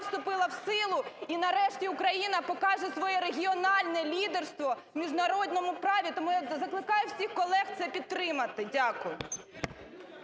вступила в силу, і нарешті Україна покаже своє регіональне лідерство в міжнародному праві. Тому я закликаю всіх колег це підтримати. Дякую.